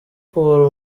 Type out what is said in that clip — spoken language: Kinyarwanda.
kuvura